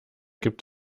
gibt